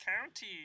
county